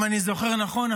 אם אני זוכר נכון,